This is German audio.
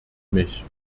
mich